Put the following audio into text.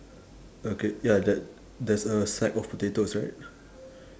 okay ya ther~ there's a sack of potatoes right